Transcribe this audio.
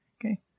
Okay